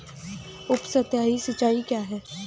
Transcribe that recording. उपसतही सिंचाई क्या है?